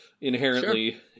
inherently